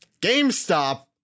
GameStop